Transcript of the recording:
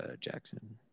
jackson